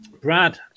Brad